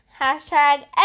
Hashtag